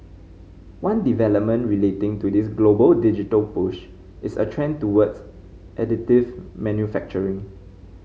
one development relating to this global digital push is a trend towards additive manufacturing